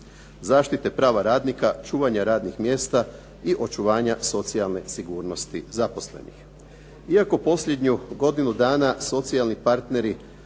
zaštite prava radnika, čuvanja radnih mjesta i očuvanja socijalne sigurnosti zaposlenih.